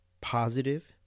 positive